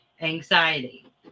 anxiety